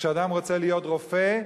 כשאדם רוצה להיות רופא,